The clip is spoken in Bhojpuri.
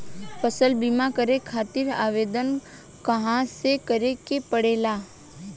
फसल बीमा करे खातिर आवेदन कहाँसे करे के पड़ेला?